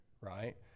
right